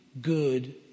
good